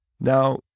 Now